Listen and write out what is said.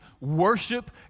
worship